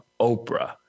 Oprah